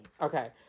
Okay